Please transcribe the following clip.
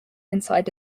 inside